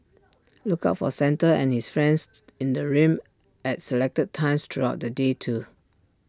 look out for Santa and his friends in the rim at selected times throughout the day too